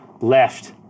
left